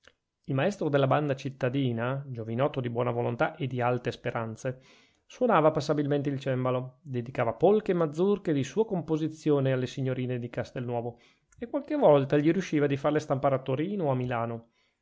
il maestro della banda cittadina giovinotto di buona volontà e di alte speranze suonava passabilmente il cembalo dedicava polke e mazurke di sua composizione alle signorine di castelnuovo e qualche volta gli riusciva di farle stampare a torino o a milano